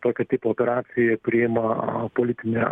tokio tipo operacijoj priima politinė